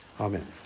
Amen